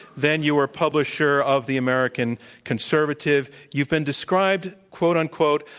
then you were a publisher of the american conservative. you've been described, quote, unquote,